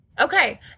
Okay